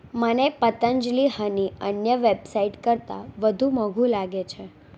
મને પતંજલિ હની અન્ય વેબસાઈટ કરતાં વધુ મોંઘુ લાગે છે